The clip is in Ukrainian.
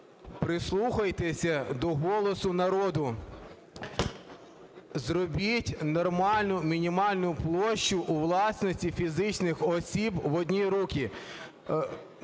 прислухайтесь до голосу народу. Зробіть нормальну мінімальну площу у власності фізичних осіб в одні руки.